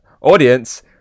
audience